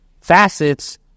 facets